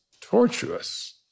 tortuous